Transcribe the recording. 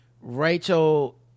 rachel